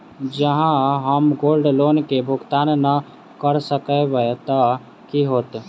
जँ हम gold loan केँ भुगतान न करऽ सकबै तऽ की होत?